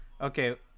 Okay